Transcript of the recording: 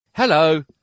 Hello